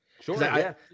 Sure